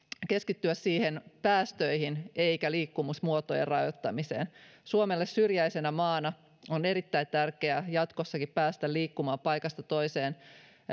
keskittyä niihin päästöihin eikä liikkumismuotojen rajoittamiseen suomessa syrjäisenä maana on erittäin tärkeää jatkossakin päästä liikkumaan paikasta toiseen